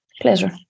pleasure